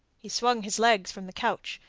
he swung his legs from the couch,